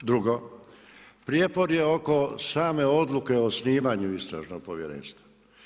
Drugo, prijepor je oko same Odluke o osnivanju Istražnog povjerenstva.